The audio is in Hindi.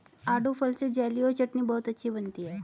आड़ू फल से जेली और चटनी बहुत अच्छी बनती है